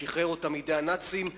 שחרר אותה מידי הנאצים,